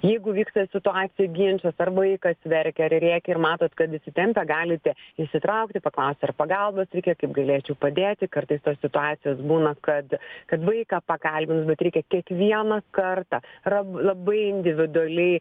jeigu vyksta situacija ginčas ar vaikas verkia ar rėkia ir matot kad įsitempę galite įsitraukti paklausti ar pagalbos reikia kaip galėčiau padėti kartais tos situacijos būna kad kad vaiką pakalbint bet reikia kiekvieną kartą yra labai individualiai